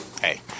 hey